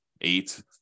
eight